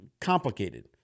complicated